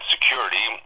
Security